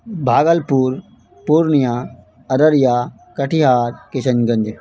Bhagalpur Purnia Araria Katihar Kishan Ganj